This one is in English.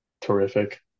terrific